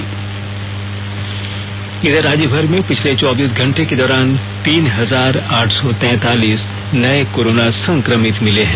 Jharkhand corona राज्य भर में पिछले चौबीस घंटे के दौरान तीन हजार आठ सौ तैतालीस नए कोरोना संक्रमित मिले हैं